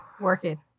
Working